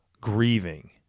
grieving